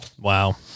Wow